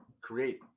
create